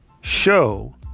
show